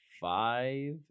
five